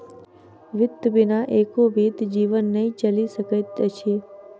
वित्त बिना एको बीत जीवन नै चलि सकैत अछि